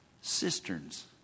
cisterns